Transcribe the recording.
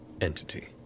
entity